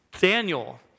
Daniel